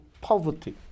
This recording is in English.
poverty